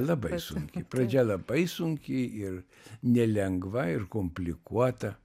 labai sunki pradžia labai sunki ir nelengva ir komplikuota